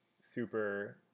super